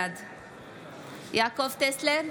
בעד יעקב טסלר,